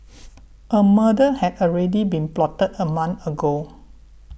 a murder had already been plotted a month ago